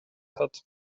hat